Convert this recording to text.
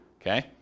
Okay